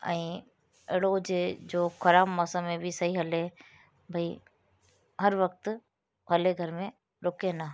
ऐं रोज जो ख़राब मौसम में बि सही हले भई हर वक़्तु हले घर में रुके न